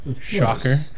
Shocker